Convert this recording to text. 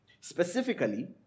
Specifically